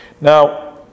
Now